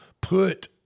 put –